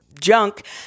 junk